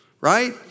right